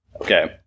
Okay